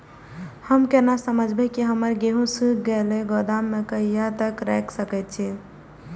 हम केना समझबे की हमर गेहूं सुख गले गोदाम में कहिया तक रख सके छिये?